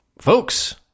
Folks